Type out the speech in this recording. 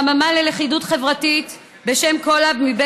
חממה ללכידות חברתית בשם CoLab,